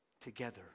together